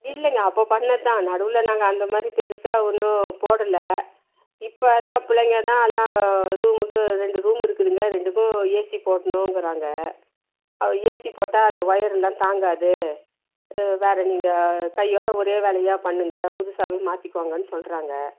இல்லைங்க அப்போது பண்ணதுதான் நடுவில் நாங்கள் அந்தமாதிரி பெருசாக ஒன்றும் போடலை இப்பெலாம் பிள்ளைங்கதான் எல்லாம் ரூமுக்கு ரெண்டு ரூமு இருக்குதுங்க ரெண்டுக்கும் ஏசி போடணுங்கிறாங்க அது ஏசி போட்டால் அதில் வொயரெலாம் தாங்காது வேறு நீங்கள் கையோடு ஒரே வேலையாக பண்ணுங்க புதுசாகவே மாற்றிக்கோங்கன்னு சொல்கிறாங்க